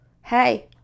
Hey